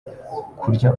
kurya